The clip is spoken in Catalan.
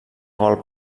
gol